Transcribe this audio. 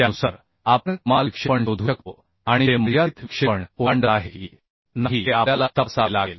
त्यानुसार आपण कमाल विक्षेपण शोधू शकतो आणि ते मर्यादित विक्षेपण ओलांडत आहे की नाही हे आपल्याला तपासावे लागेल